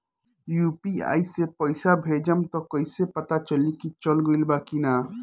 UPI से पइसा भेजम त कइसे पता चलि की चल गेल बा की न?